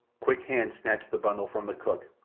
quick hands snatched the bundle from the cook,